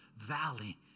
valley